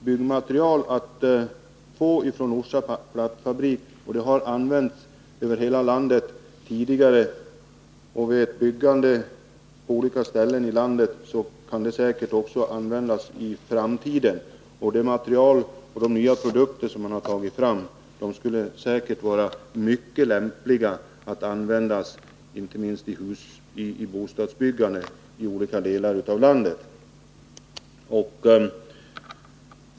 Byggmaterial kan beställas från AB Orsa Plattfabrik, och sådant material har använts över hela landet tidigare. Säkerligen kan så bli fallet också i framtiden. Det material och de nya produkter som man har tagit fram skulle säkert vara mycket lämpliga att använda inte minst vid bostadsbyggandet.